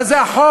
מה זה החוק?